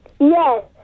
Yes